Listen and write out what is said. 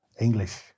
English